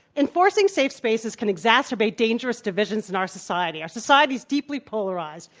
enforcing safe spaces can exacerbate dangerous divisions in our society. our society is deeply polarized.